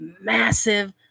massive